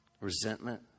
Resentment